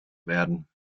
werden